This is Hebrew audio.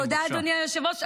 תודה, אדוני היושב-ראש.